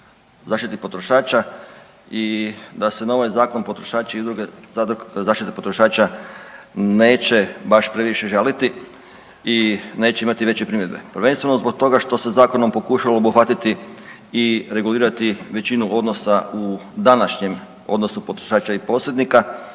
zaštiti potrošača i da se na ovaj zakon potrošači i druge zaštite potrošača neće baš previše žaliti i neće imati veće primjedbe, prvenstveno zbog toga što se zakonom pokušalo obuhvatiti i regulirati većinu odnosa u današnjem odnosu potrošača i posrednika